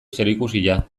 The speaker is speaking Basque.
zerikusia